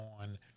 on